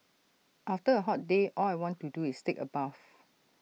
after A hot day all I want to do is take A bath